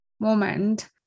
moment